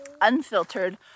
unfiltered